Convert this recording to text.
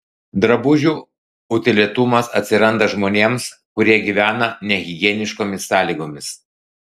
drabužių utėlėtumas atsiranda žmonėms kurie gyvena nehigieniškomis sąlygomis